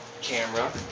camera